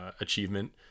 achievement